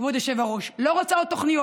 כבוד היושב-ראש, לא רוצה עוד תוכניות.